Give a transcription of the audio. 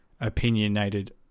opinionated